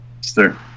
sir